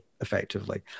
effectively